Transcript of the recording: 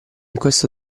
questo